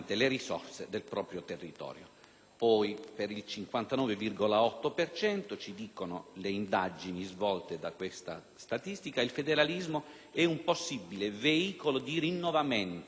per cento poi, ci dicono le indagini svolte da questa statistica, il federalismo è un possibile veicolo di rinnovamento della democrazia nel nostro Paese,